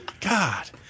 God